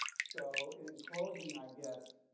so, in closing, i guess,